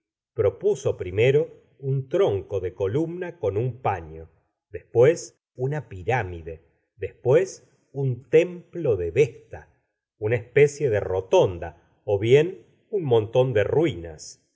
propuso primero un tronco de columna con un paño después una pirámide después un templo de v esta una especie de rotonda ó bien e un montón de ruinas